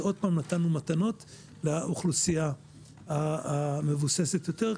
אז עוד פעם נתנו מתנות לאוכלוסייה המבוססת יותר.